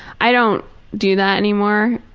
i don't do that anymore,